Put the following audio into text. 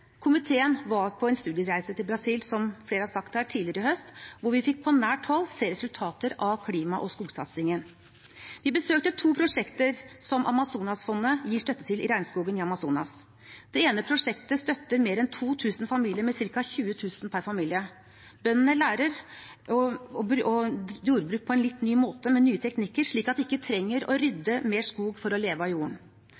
Komiteen var på en studiereise til Brasil, som flere har sagt her, tidligere i høst, og vi fikk på nært hold se resultater av klima- og skogsatsingen. Vi besøkte to prosjekter som Amazonasfondet gir støtte til i regnskogen i Amazonas. Det ene prosjektet støtter mer enn 2 000 familier med ca. 20 000 per familie. Bøndene lærer jordbruk på en litt ny måte, med nye teknikker, slik at de ikke trenger å